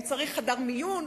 הוא צריך חדר מיון,